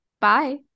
Bye